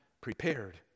prepared